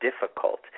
difficult